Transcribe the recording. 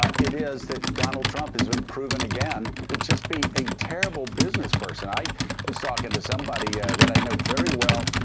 ah it is that donald trump has been proven again to just be a terrible business person. i was talking to somebody that i know very well,